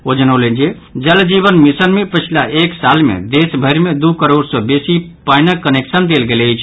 ओ जनौलनि जे जल जीवन मिशन मे पछिल एक साल मे देशभरि मे दू करोड़ सँ बेसी पानिक कनेक्शन देल गेल अछि